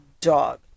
dog